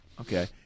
Okay